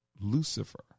Lucifer